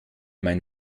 mein